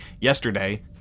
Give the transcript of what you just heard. yesterday